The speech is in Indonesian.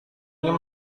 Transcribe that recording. ingin